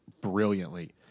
brilliantly